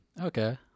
Okay